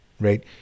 right